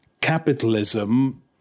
capitalism